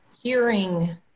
hearing